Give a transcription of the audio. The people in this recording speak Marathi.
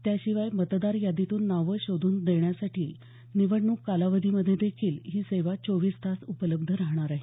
त्याशिवाय मतदार यादीतून नावं शोधून देण्यासाठी निवडणूक कालावधीमध्ये देखील ही सेवा चोवीस तास उपलब्ध राहणार आहे